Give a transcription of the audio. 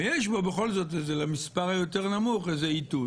ויש בו בכל זאת למספר היותר נמוך איזה איתות.